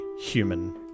human